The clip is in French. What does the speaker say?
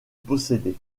posséder